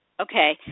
Okay